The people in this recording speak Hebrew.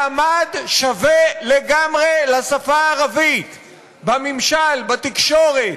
מעמד שווה לגמרי לשפה הערבית בממשל, בתקשורת,